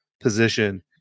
Position